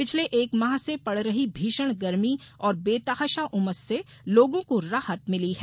पिछले एक माह से पड रही भीषण गर्मी और बेतहाशा उमस से लोगों को राहत मिली है